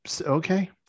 okay